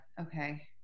okay